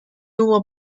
hubo